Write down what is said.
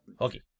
Okay